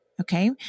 Okay